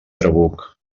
trabuc